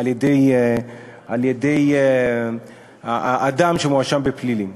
על-ידי האדם שמואשם בפלילים.